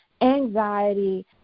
anxiety